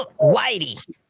Whitey